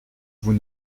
vous